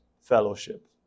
fellowship